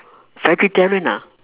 vegetarian ah